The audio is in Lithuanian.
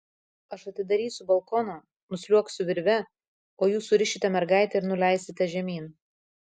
aš atidarysiu balkoną nusliuogsiu virve o jūs surišite mergaitę ir nuleisite žemyn